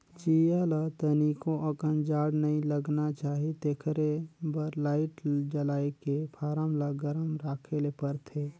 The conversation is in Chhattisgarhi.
चीया ल तनिको अकन जाड़ नइ लगना चाही तेखरे बर लाईट जलायके फारम ल गरम राखे ले परथे